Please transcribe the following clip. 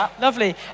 Lovely